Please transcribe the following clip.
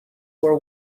were